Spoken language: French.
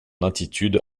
attitude